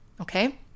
Okay